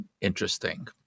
interesting